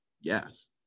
Yes